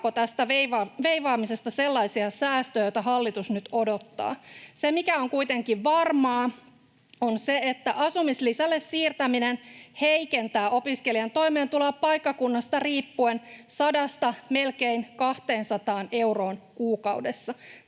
tästä veivaamisesta sellaisia säästöjä, joita hallitus nyt odottaa. Se, mikä on kuitenkin varmaa, on se, että asumislisälle siirtäminen heikentää opiskelijan toimeentuloa paikkakunnasta riippuen 100:sta melkein 200 euroon kuukaudessa.